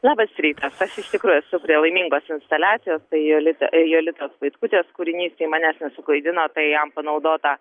labas rytas aš iš tikrųjų esu prie laimingos instaliacijos tai jolita jolitos vaitkutės kūrinys jei manęs nesuklaidino tai jam panaudota